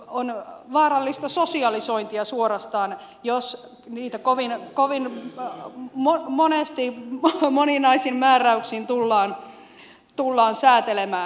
on vaarallista sosialisointia suorastaan jos niitä kovin moninaisin määräyksin tullaan säätelemään